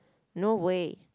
no way